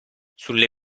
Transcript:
sulle